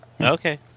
Okay